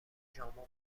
ژامبون